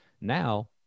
Now